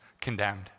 condemned